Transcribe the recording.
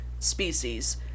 Species